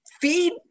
feed